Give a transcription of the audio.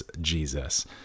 Jesus